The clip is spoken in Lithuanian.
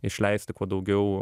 išleisti kuo daugiau